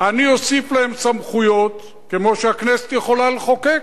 אני אוסיף להם סמכויות, כמו שהכנסת יכולה לחוקק,